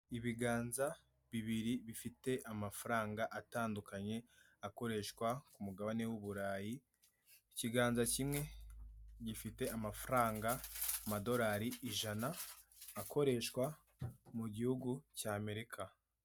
Aba ni abagore ndetse n'abagabo barimo bararahirira igihugu cy'u Rwanda ku mugaragaro yuko inshingano zibahaye bazazikora neza kandi n'imbaraga zabo zose kandi banyujije mu kuri, bafashe ku mabendera y'u Rwanda bazamuye akaboko k'iburyo buri wese afite indangururamajwi imbere ye, arahirira u Rwanda ku mugaragaro yuko inshingano igihugu kimuhaye azazikora neza kandi ntagamiye nabirengaho azahanwe.